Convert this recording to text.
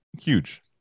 huge